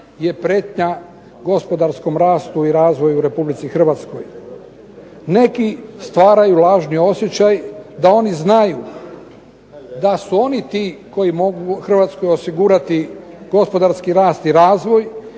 je prijetnja gospodarskom rastu i razvoju u Republici Hrvatskoj. Neki stvaraju lažni osjećaj da oni znaju da su oni to koji mogu hrvatskoj osigurati gospodarski rast i razvoj.